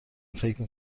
فکر